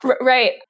Right